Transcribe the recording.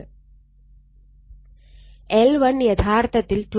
L1 യഥാർത്ഥത്തിൽ 25 milli ഹെൻറിയാണ്